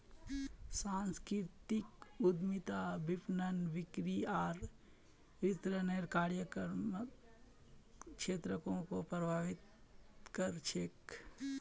सांस्कृतिक उद्यमिता विपणन, बिक्री आर वितरनेर कार्यात्मक क्षेत्रको प्रभावित कर छेक